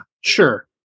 Sure